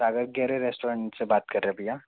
सागर garage restaurant से बात कर रहे हैं भैया